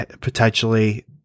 potentially